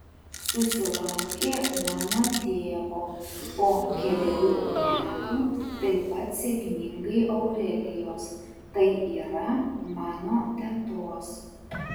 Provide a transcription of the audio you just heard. susilaukė mano tėvo po kelerių metų taip pat sėkmingai aurelijos tai yra mano tetos